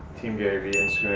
team garyvee